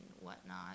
whatnot